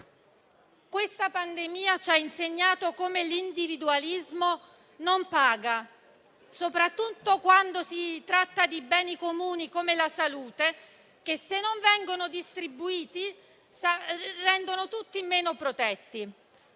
Questa pandemia ci ha insegnato che l'individualismo non paga, soprattutto quando si tratta di beni comuni, come la salute, che se non vengono distribuiti rendono tutti meno protetti.